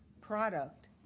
product